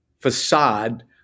facade